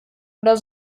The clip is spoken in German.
oder